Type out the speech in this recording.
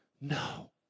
No